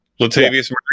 Latavius